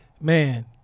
Man